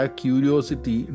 curiosity